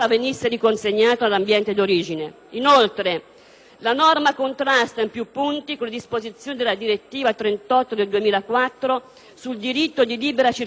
la norma contrasta in più punti con le disposizioni della direttiva 38 del 2004 sul diritto di libera circolazione e soggiorno dei cittadini comunitari e dei loro familiari.